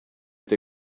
est